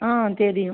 ஆ தெரியும்